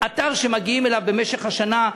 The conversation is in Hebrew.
אתר שמגיעים אליו במשך השנה,